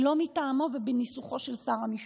היא לא מטעמו ובניסוחו של שר המשפטים.